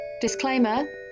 Disclaimer